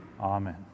amen